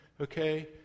okay